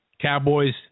Cowboys